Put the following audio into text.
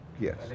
Yes